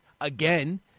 again